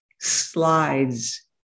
slides